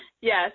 Yes